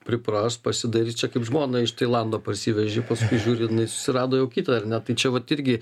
pripras pasidarys čia kaip žmoną iš tailando parsiveži paskui žiūri jinai susirado jau kitą na tai čia vat irgi